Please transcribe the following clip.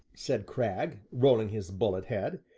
said cragg, rolling his bullet-head,